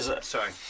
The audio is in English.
Sorry